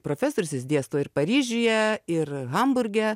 profesorius jis dėsto ir paryžiuje ir hamburge